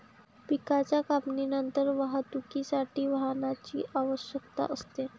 पिकाच्या कापणीनंतरच्या वाहतुकीसाठी वाहनाची आवश्यकता असते